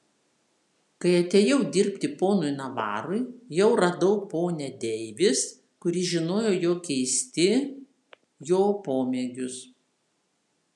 kai atėjau dirbti ponui navarui jau radau ponią deivis kuri žinojo jo keisti jo pomėgius